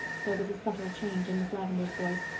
there was a subtle change in miss lavendar's voice.